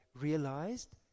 realized